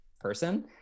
person